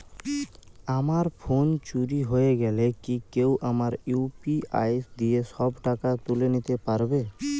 আমার ফোন চুরি হয়ে গেলে কি কেউ আমার ইউ.পি.আই দিয়ে সব টাকা তুলে নিতে পারবে?